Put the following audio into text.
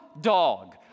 dog